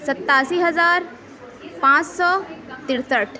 ستاسی ہزار پانچ سو ترے سٹھ